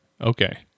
Okay